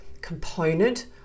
component